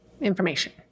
information